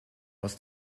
aus